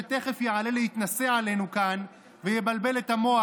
שתכף יעלה להתנשא עלינו כאן ויבלבל את המוח,